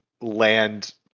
land